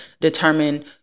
determine